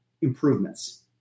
improvements